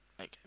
okay